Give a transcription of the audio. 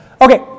Okay